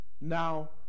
now